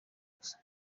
gusa